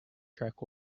track